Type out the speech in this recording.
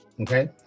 okay